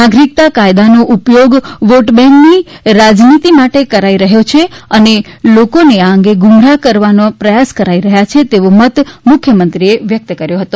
નાગરિકતા કાયદાનો ઉપયોગ વોટબેંકની રાજનીતિ માટે કરાઈ રહ્યો છે અને લોકોને આ અંગે ગુમરાહ કરવા પ્રયાસ કરી રહયા છે તેવો મત મુખ્યમંત્રીશ્રીએ વ્યક્ત કર્યો હતો